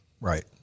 Right